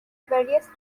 various